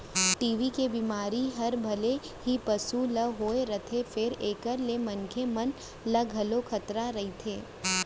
TB के बेमारी हर भले ही पसु ल होए रथे फेर एकर ले मनसे मन ल घलौ खतरा रइथे